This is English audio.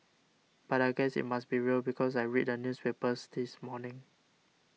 but I guess it must be real because I read the newspapers this morning